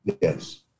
Yes